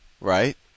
right